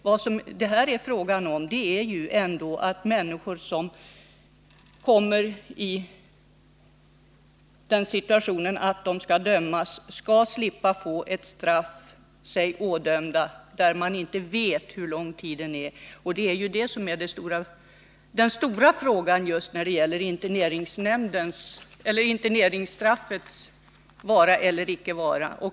Vad det här är fråga om är ändå att människor skall slippa få sig ådömda tidsobestämda straff. Det är det som är den stora frågan just när det gäller interneringsstraffets vara eller icke vara.